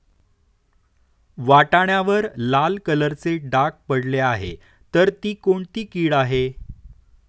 वाटाण्यावर लाल कलरचे डाग पडले आहे तर ती कोणती कीड आहे?